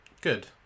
Good